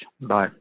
Bye